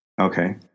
Okay